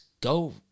go